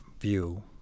view